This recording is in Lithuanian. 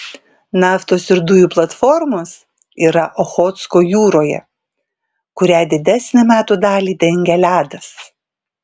naftos ir dujų platformos yra ochotsko jūroje kurią didesnę metų dalį dengia ledas